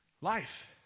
Life